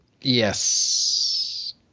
Yes